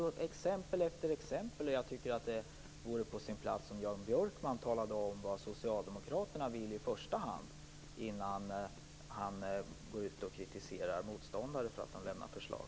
Det finns exempel efter exempel på frågor där jag tycker att det vore på sin plats om Jan Björkman i första hand talade om vad socialdemokraterna vill, innan han går ut och kritiserar motståndare för att de lämnar förslag.